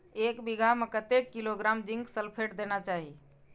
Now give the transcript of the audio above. एक बिघा में कतेक किलोग्राम जिंक सल्फेट देना चाही?